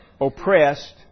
oppressed